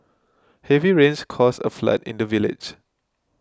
heavy rains caused a flood in the village